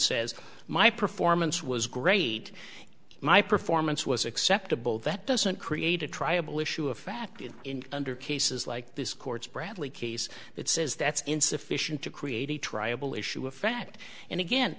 says my performance was great my performance was acceptable that doesn't create a triable issue of fact it in under cases like this court's bradley case that says that's insufficient to create a triable issue of fact and again